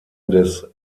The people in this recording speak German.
des